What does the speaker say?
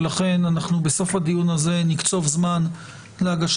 ולכן בסוף הדיון הזה נקצוב זמן להגשת